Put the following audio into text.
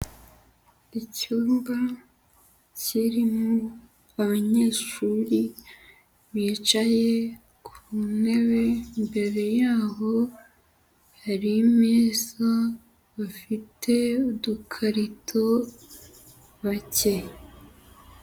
Icyumba kirimo abanyeshuri bicaye ku ntebe, imbere y'aho hari imeza, bafite udukarito bake.